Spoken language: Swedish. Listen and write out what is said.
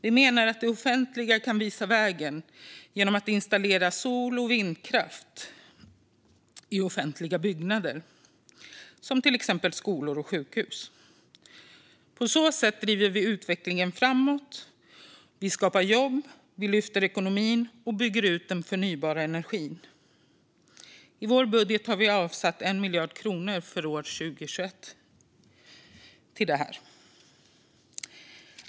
Vi menar att det offentliga kan visa vägen genom att installera sol och vindkraft i offentliga byggnader som skolor och sjukhus. På så sätt driver vi utvecklingen framåt, skapar jobb, lyfter ekonomin och bygger ut den förnybara energin. I vår budget har vi avsatt 1 miljard kronor för detta under år 2021.